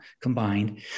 combined